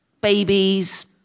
babies